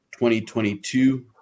2022